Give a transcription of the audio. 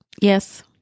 Yes